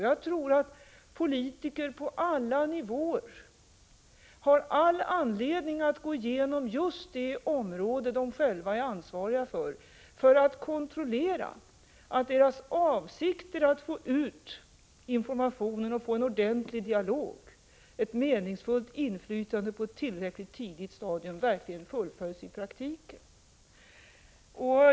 Jag tror att politiker på alla nivåer har anledning att gå igenom just det område som de själva är ansvariga för, för att kontrollera att deras avsikter att få ut information och få en ordentlig dialog, ett meningsfullt inflytande på ett tillräckligt tidigt stadium, verkligen fullföljs i praktiken.